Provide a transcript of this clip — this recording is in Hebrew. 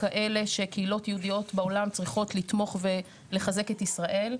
כאלה שקהילות יהודיות בעולם צריכות לתמוך ולחזק את ישראל,